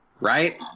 Right